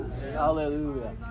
hallelujah